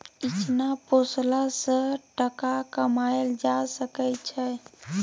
इचना पोसला सँ टका कमाएल जा सकै छै